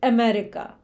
America